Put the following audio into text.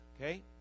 okay